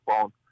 phone